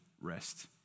rest